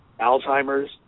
Alzheimer's